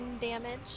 damage